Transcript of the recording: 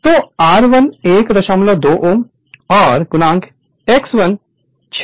तो R 1 12 Ω और x1 6 Ω है